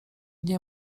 nie